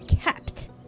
kept